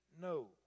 No